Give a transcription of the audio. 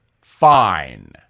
fine